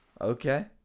Okay